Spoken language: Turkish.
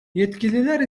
yetkililer